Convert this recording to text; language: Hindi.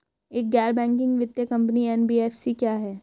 एक गैर बैंकिंग वित्तीय कंपनी एन.बी.एफ.सी क्या है?